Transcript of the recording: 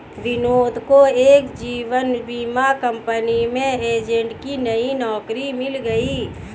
विनोद को एक जीवन बीमा कंपनी में एजेंट की नई नौकरी मिल गयी